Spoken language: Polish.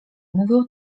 mówią